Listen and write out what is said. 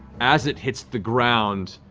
as it hits the ground,